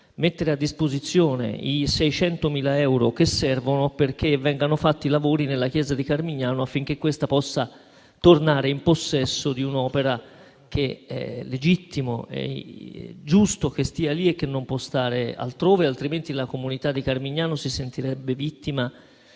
mettere a disposizione i 600.000 euro che servono per i lavori nella chiesa di Carmignano, affinché questa possa tornare in possesso di un'opera che è legittimo e giusto che stia lì e che non può stare altrove, altrimenti la comunità di Carmignano si sentirebbe vittima